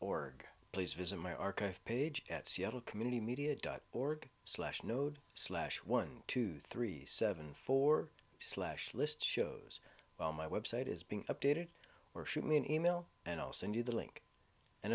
org please visit my archive page at seattle community media dot org slash node slash one two three seven four slash list shows well my website is being updated or shoot me an email and i'll send you the link and